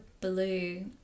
Blue